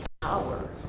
power